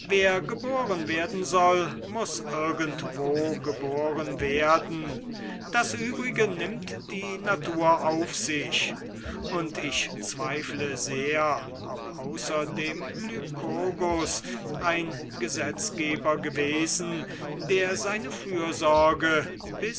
wer geboren werden soll muß irgendwo geboren werden das übrige nimmt die natur auf sich und ich zweifle sehr ob außer dem lykurgus ein gesetzgeber gewesen der seine fürsorge